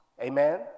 Amen